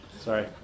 Sorry